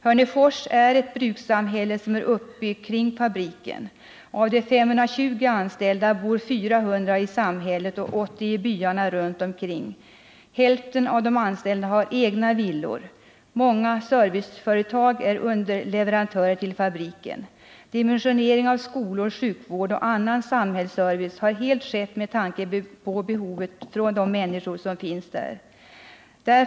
Hörnefors är ett brukssamhälle som är uppbyggt kring fabriken. Av de 520 anställda bor 400 i samhället och 80 i byarna runt omkring. Hälften av de anställda har egna villor. Många serviceföretag är underleverantörer till fabriken. Dimensionering av skolor, sjukvård och annan samhällsservice har helt skett med tanke på behovet från de människor som arbetar vid NCB fabriken.